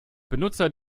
benutzer